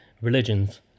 religions